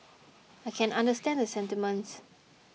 I can understand the sentiments